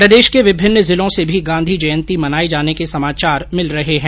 प्रदेश के विभिन्न जिलों से भी गांधी जयंती मनाये जाने के समाचार मिल रहे है